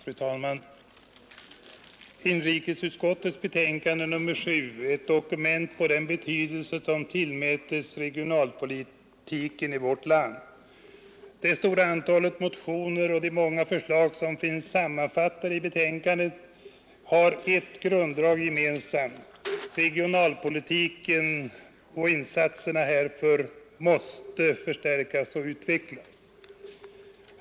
Fru talman! Inrikesutskottets betänkande nr 7 är ett dokument på den betydelse som tillmäts regionalpolitiken i vårt land. Det stora antalet motioner och de många förslag som finns sammanfattade i betänkandet har ett grunddrag gemensamt: regionalpolitiken och insatserna härför måste förstärkas och utvecklas.